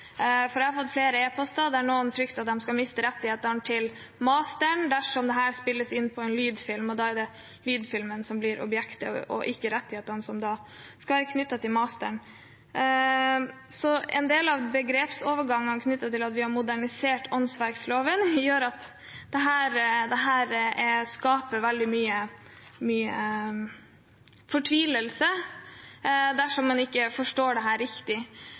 er. Jeg har fått flere e-poster der noen frykter at de skal miste rettighetene til masteren dersom det spilles inn på en lydfilm, for da er det lydfilmen som blir objektet, og ikke rettighetene, som da skal være knyttet til masteren. En del av begrepsovergangen knyttet til at vi har modernisert åndsverkloven, gjør at det skaper veldig mye fortvilelse dersom man ikke forstår det riktig.